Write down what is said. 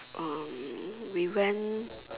um we went